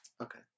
Okay